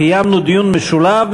קיימנו דיון משולב,